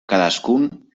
cadascun